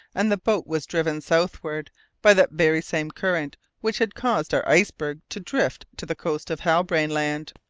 and the boat was driven southwards by that very same current which had caused our iceberg to drift to the coast of halbrane land.